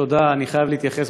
אני חייב להתייחס,